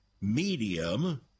medium